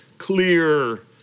clear